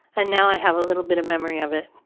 and, now i have a little bit of memory of it